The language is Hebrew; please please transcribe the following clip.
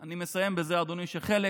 אני מסיים בזה, אדוני, שחלק